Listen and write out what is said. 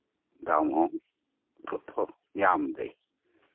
ᱫᱟᱢ ᱦᱚᱸ ᱱᱤᱛᱚᱜ ᱫᱚ ᱧᱟᱢ ᱮᱫᱟᱹᱧ